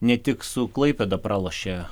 ne tik su klaipėda pralošė